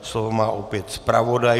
Slovo má opět zpravodaj.